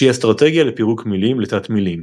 שהיא אסטרטגיה לפירוק מילים לתת-מילים.